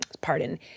pardon